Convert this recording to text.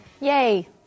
Yay